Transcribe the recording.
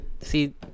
See